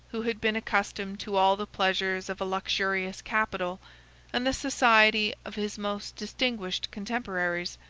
who had been accustomed to all the pleasures of a luxurious capital and the society of his most distinguished contemporaries,